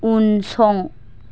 उनसं